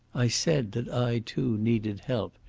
i said that i too needed help,